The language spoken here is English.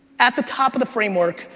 at the top of the framework,